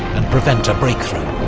and prevent a breakthrough.